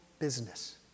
business